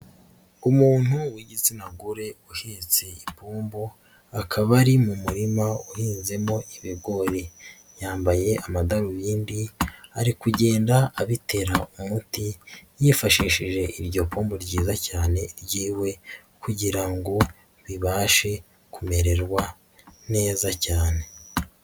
Umuntu w'igitsina gore uhetse ipombo, akaba ari mu murima uhinzemo ibigori. Yambaye amadarubindi ari kugenda abitera umuti, yifashishije iryo pombo ryiza cyane ry'iwe kugira ngo bibashe kumererwa neza cyane.